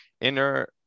inner